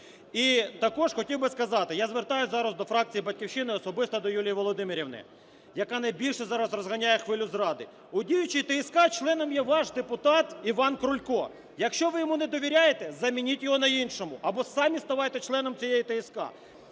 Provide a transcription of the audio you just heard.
І також хотів би сказати. Я звертаюсь зараз до фракції "Батьківщина" і особисто до Юлії Володимирівни, яка найбільше зараз розганяє хвилю зради. У діючій ТСК членом є ваш депутат ІванКрулько. Якщо ви йому не довіряєте, замініть його на іншого або самі ставайте членом цієї ТСК.